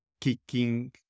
kicking